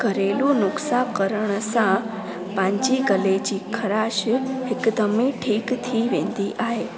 घरेलू नुस्खा करण सां पंहिंजी गले जी ख़राश हिकदमु ई ठीक थी वेंदी आहे